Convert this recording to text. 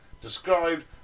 described